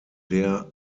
der